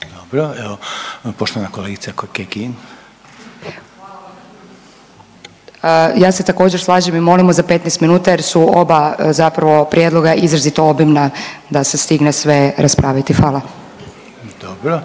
Dobro, evo poštovana kolegica Kekin. **Kekin, Ivana (NL)** Ja se također slažem i molimo za 15 minuta jer su oba zapravo prijedloga izrazito obimna da se stigne sve raspraviti, hvala.